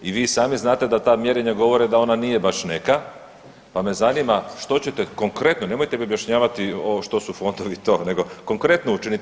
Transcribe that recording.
I vi sami znate da ta mjerenja govore da ona nije baš neka pa me zanima što ćete konkretno, nemojte mi objašnjavati što su fondovi i to nego konkretno učiniti.